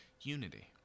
unity